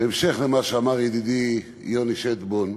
בהמשך למה שאמר ידידי יוני שטבון,